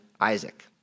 Isaac